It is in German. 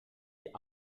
die